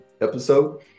episode